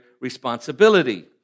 responsibility